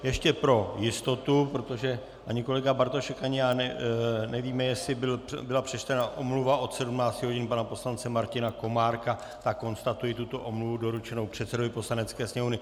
Ještě pro jistotu, protože ani kolega Bartošek ani já nevíme, jestli byla přečtena omluva od 17 hodin pana poslance Martina Komárka, tak konstatuji tuto omluvu doručenou předsedovi Poslanecké sněmovny.